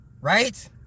Right